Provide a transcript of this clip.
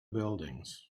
buildings